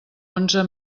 onze